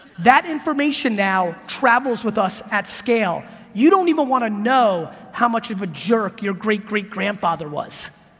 that information now travels with us at scale, you don't even want to know how much of a jerk your great-great-grandfather was,